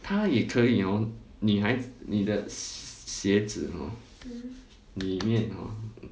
他也可以 hor 女孩子女的鞋子 hor 里面 hor